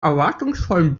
erwartungsvollen